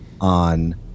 on